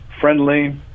friendly